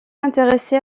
intéressé